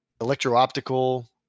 electro-optical